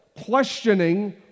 questioning